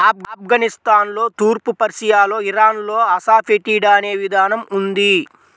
ఆఫ్ఘనిస్తాన్లో, తూర్పు పర్షియాలో, ఇరాన్లో అసఫెటిడా అనే విధానం ఉంది